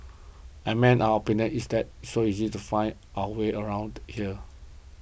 I mean our opinion is that so easy to find our way around here